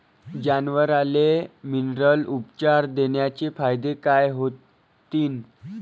जनावराले मिनरल उपचार देण्याचे फायदे काय होतीन?